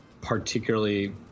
particularly